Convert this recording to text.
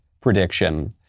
prediction